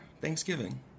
Thanksgiving